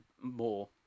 more